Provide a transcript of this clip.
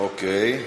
אוקיי.